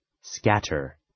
Scatter